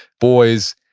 boys,